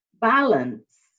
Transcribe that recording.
balance